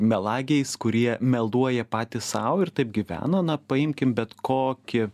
melagiais kurie meluoja patys sau ir taip gyvena na paimkim bet kokį